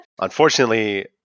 unfortunately